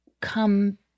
come